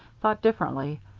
thought differently.